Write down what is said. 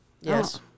Yes